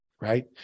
right